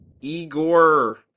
Igor